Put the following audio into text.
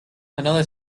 another